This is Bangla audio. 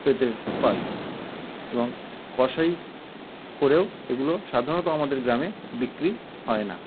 পেতে পাই এবং কসাই করেও এগুলো সাধারণত আমাদের গ্রামে বিক্রি হয় না